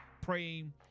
praying